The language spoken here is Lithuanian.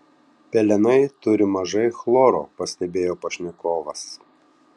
pelenai turi mažai chloro pastebėjo pašnekovas